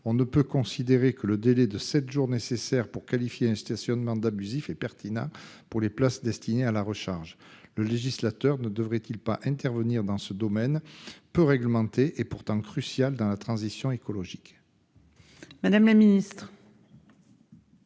On ne peut considérer que le délai de sept jours, nécessaire pour qualifier un stationnement d'abusif, soit pertinent pour les places destinées à la recharge. Le législateur ne devrait-il pas intervenir dans ce domaine, peu réglementé et pourtant crucial pour la transition écologique ? La parole est